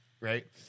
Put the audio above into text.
right